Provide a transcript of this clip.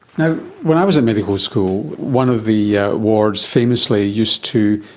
ah when i was at medical school, one of the yeah wards famously used to,